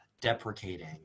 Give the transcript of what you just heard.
deprecating